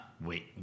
Wait